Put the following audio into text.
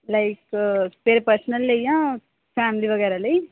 like ਫਿਰ personal ਲਈ ਜਾਂ ਫੈਮਲੀ ਵਗੈਰਾ ਲਈ